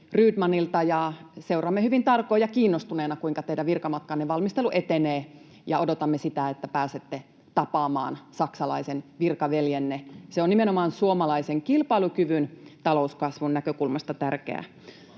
seuraamme hyvin tarkoin ja kiinnostuneina, kuinka teidän virkamatkanne valmistelu etenee, ja odotamme sitä, että pääsette tapaamaan saksalaisen virkaveljenne. Se on nimenomaan suomalaisen kilpailukyvyn ja talouskasvun näkökulmasta tärkeää.